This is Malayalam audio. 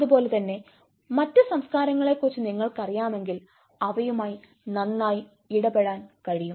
അതുപോലെ തന്നെ മറ്റ് സംസ്കാരങ്ങളെക്കുറിച്ച് നിങ്ങൾക്കറിയാമെങ്കിൽ അവയുമായി നന്നായി ഇടപെടാൻ കഴിയും